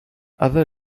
other